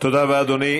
תודה רבה, אדוני.